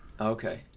okay